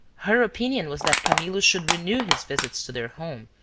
her opinion was that camillo should renew his visits to their home,